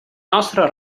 nostre